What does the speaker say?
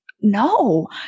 no